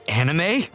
anime